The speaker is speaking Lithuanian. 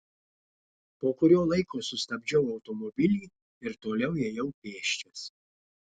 po kurio laiko sustabdžiau automobilį ir toliau ėjau pėsčias